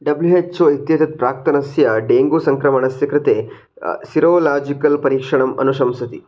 W H O इत्येतत् प्राक्तनस्य dengue सङ्क्रमणस्य कृते सिरो लाजिकल् परीक्षणम् अनुशंसति